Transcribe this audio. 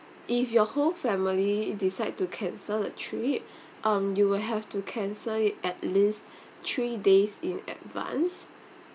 if your whole family decide to cancel the trip um you will have to cancel it at least three days in advance